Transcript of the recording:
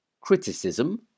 criticism